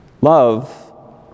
love